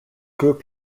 group